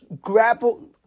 grapple